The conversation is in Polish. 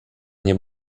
nie